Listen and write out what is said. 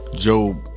Job